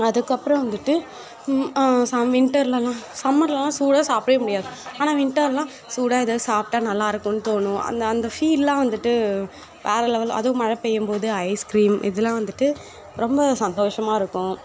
அதுக்கப்புறம் வந்துட்டு சம் வின்டர்லலாம் சம்மர்லலாம் சூடாக சாப்பிடவே முடியாது ஆனால் வின்டர்லாம் சூடாக ஏதாவது சாப்ட்டா நல்லா இருக்கும்னு தோணும் அந்த அந்த ஃபீல்லாம் வந்துட்டு வேற லெவெல்ல அதுவும் மழை பெய்யும் போது ஐஸ்க்ரீம் இதெலாம் வந்துட்டு ரொம்ப சந்தோசமாக இருக்கும்